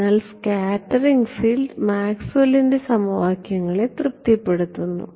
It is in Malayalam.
അതിനാൽ സ്കാറ്ററിംഗ് ഫീൽഡ് മാക്സ്വെല്ലിന്റെ സമവാക്യങ്ങളെ തൃപ്തിപ്പെടുത്തുന്നു